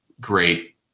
Great